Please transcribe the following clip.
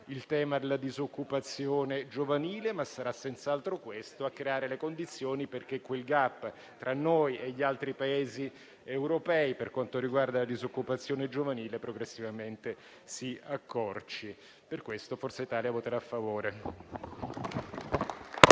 il tema della disoccupazione giovanile, ma sarà senz'altro questo a creare le condizioni perché quel *gap* tra noi e gli altri Paesi europei per quanto riguarda la disoccupazione giovanile progressivamente si accorci. Per questo motivo il Gruppo